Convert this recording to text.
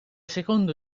secondo